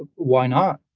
ah why not?